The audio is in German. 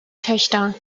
töchter